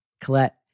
Colette